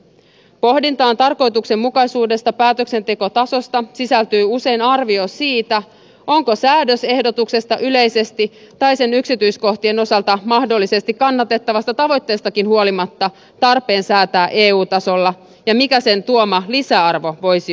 pohdintaan tarkoituksenmukaisuudesta päätöksentekotasosta sisältyy usein arvio siitä onko säädösehdotuksesta yleisesti tai sen yksityiskohtien osalta mahdollisesti kannatettavasta tavoitteestakin huolimatta tarpeen säätää eu tasolla ja mikä sen tuoma lisäarvo voisi olla